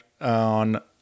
on